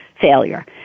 failure